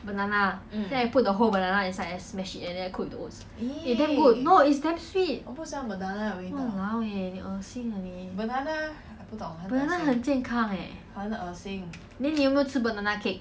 banana ah then I put the whole banana inside and smash it and then I cook the oats eh damn good no it's damn sweet !walao! eh 你恶心 eh 你 banana 很健康 eh then 你有没有吃 banana cake